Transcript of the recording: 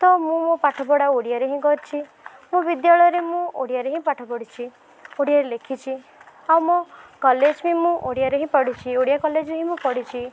ତ ମୁଁ ମୋ ପାଠପଢା ଓଡ଼ିଆରେ ହିଁ କରିଛି ମୋ ବିଦ୍ୟାଳୟରେ ମୁଁ ଓଡ଼ିଆରେ ହିଁ ପାଠ ପଢ଼ିଛି ଓଡ଼ିଆରେ ଲେଖିଛି ଆଉ ମୁଁ କଲେଜରେ ବି ମୁଁ ଓଡ଼ିଆରେ ହିଁ ପାଠ ପଢ଼ିଛି ଓଡ଼ିଆ କଲେଜରେ ହିଁ ମୁଁ ପଢ଼ିଛି